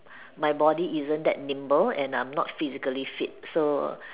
my body isn't that nimble and I'm not physically fit so